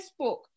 Facebook